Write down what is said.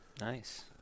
nice